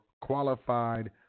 qualified